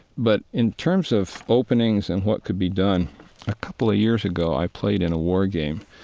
but in terms of openings and what could be done a couple of years ago i played in a war game,